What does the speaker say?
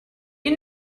you